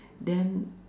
then